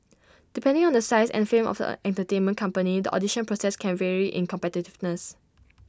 depending on the size and fame of the entertainment company the audition process can vary in competitiveness